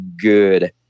good